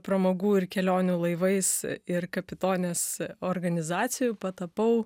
pramogų ir kelionių laivais ir kapitonės organizacijų patapau